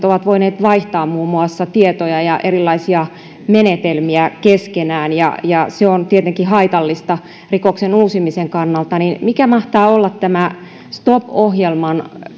ovat voineet vaihtaa muun muassa tietoja ja erilaisia menetelmiä keskenään ja ja se on tietenkin haitallista rikoksen uusimisen kannalta mikä mahtaa olla tämän stop ohjelman